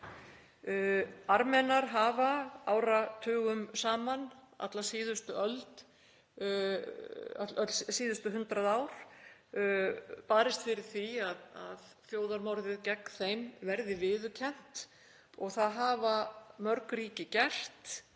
Armenar hafa áratugum saman, öll síðustu 100 ár, barist fyrir því að þjóðarmorðið gegn þeim verði viðurkennt og það hafa mörg ríki gert,